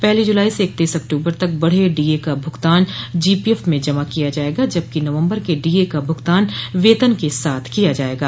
पहली जुलाई से इक्तीस अक्टूबर तक बढ़े डीए का भुगतान जीपीएफ में जमा किया जायेगा जबकि नवम्बर के डीए का भुगतान वेतन के साथ किया जायेगा